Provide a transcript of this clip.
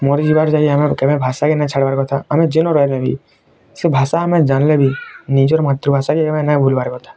ମରିଯିବା ଯାଏଁ ଆମର କେବେ ଭାଷାକେ ନେଇ ଛାଡ଼ିବାର କଥା ଆମେ ଯେନୁ ରହିଲେ ବି ସବୁ ଭାଷା ଆମେ ଜାଣିଲେ ବି ନିଜର ମାତୃଭାଷାକେ ନାଇଁ ଭୁଲିବାର କଥା